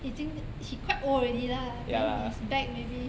已经 he quite old already lah then his back maybe